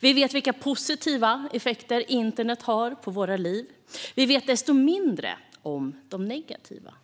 Vi vet vilka positiva effekter internet har på våra liv, men vi vet desto mindre om de negativa.